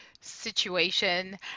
situation